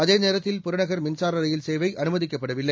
அதேநேரத்தில் புறநகர் மின்சார ரயில் சேவை அனுமதிக்கப்படவில்லை